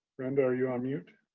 brenda, are you on mute?